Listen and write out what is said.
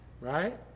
right